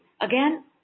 Again